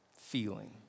feeling